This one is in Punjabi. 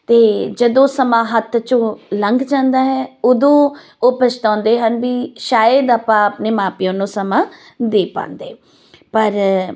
ਅਤੇ ਜਦੋਂ ਸਮਾਂ ਹੱਥ 'ਚੋਂ ਲੰਘ ਜਾਂਦਾ ਹੈ ਉਦੋਂ ਉਹ ਪਛਤਾਉਂਦੇ ਹਨ ਵੀ ਸ਼ਾਇਦ ਆਪਾਂ ਆਪਣੇ ਮਾਂ ਪਿਓ ਨੂੰ ਸਮਾਂ ਦੇ ਪਾਉਂਦੇ ਪਰ